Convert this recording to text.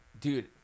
Dude